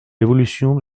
l’évolution